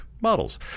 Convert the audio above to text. models